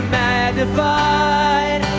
magnified